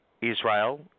israel